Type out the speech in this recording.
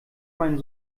meinen